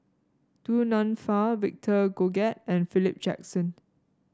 Du Nanfa Victor Doggett and Philip Jackson